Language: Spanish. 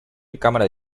cámara